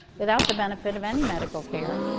without the benefit of any medical care.